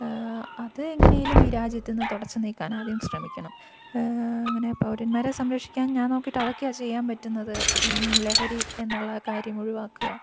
അത് എങ്ങനേലും ഈ രാജ്യത്തു നിന്ന് തുടച്ചുനീക്കാനാദ്യം ശ്രമിക്കണം അങ്ങനെ പൗരൻമാരെ സംരക്ഷിക്കാൻ ഞാൻ നോക്കിയിട്ടതൊക്കെയാണു ചെയ്യാൻ പറ്റുന്നത് ലഹരി എന്നുള്ള കാര്യം ഒഴിവാക്കുക